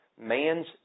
man's